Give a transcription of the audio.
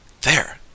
There